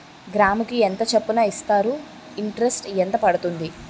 గ్రాముకి ఎంత చప్పున ఇస్తారు? ఇంటరెస్ట్ ఎంత పడుతుంది?